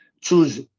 choose